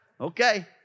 okay